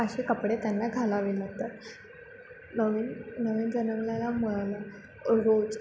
असे कपडे त्यांना घालावे लागतात नवीन नवीन जन्मलेल्या मुलांना रोज